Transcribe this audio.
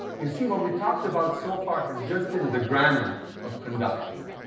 you see, what we talked about so far has just been the grammar of conducting.